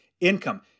income